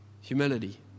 humility